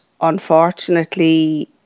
unfortunately